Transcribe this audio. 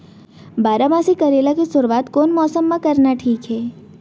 बारामासी करेला के शुरुवात कोन मौसम मा करना ठीक हे?